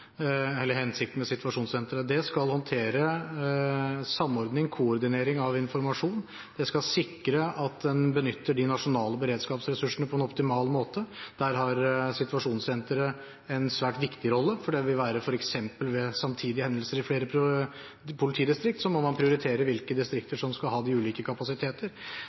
Det skal håndtere samordning og koordinering av informasjon. Det skal sikre at en benytter de nasjonale beredskapsressursene på en optimal måte. Der har situasjonssenteret en svært viktig rolle – f.eks. ved samtidige hendelser i flere politidistrikt må man prioritere hvilke distrikt som skal ha de ulike kapasiteter.